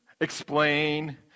Explain